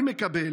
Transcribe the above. אני מקבל